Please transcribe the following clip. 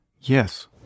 Yes